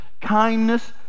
kindness